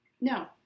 No